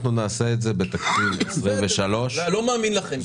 אנחנו נעשה את זה בתקציב 23'. אני לא מאמין לכם.